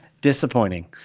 Disappointing